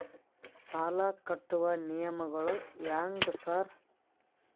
ಸಾಲ ಕಟ್ಟುವ ನಿಯಮಗಳು ಹ್ಯಾಂಗ್ ಸಾರ್?